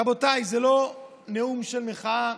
רבותיי, זה לא נאום של מחאה,